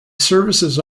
services